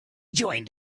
joined